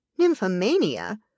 Nymphomania